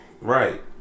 right